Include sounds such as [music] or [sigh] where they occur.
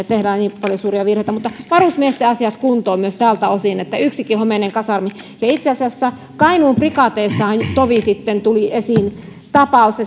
[unintelligible] tehdään niin paljon suuria virheitä varusmiesten asiat kuntoon myös tältä osin yksikin homeinen kasarmi on liikaa ja itse asiassa kainuun prikaatissahan tovi sitten tuli esiin tapaus että